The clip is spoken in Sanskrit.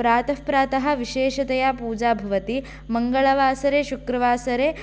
प्रातः प्रातः विशेषतया पूजा भवति मङ्गलवासरे शुक्रवासरे